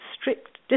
strict